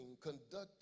conducted